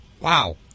wow